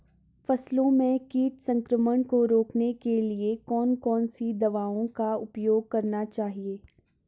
फसलों में कीट संक्रमण को रोकने के लिए कौन कौन सी दवाओं का उपयोग करना चाहिए?